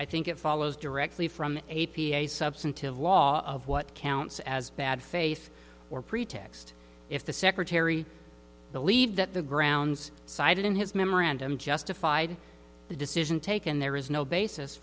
i think it follows directly from a p a substantive law of what counts as bad faith or pretext if the secretary believed that the grounds cited in his memorandum justified the decision taken there is no basis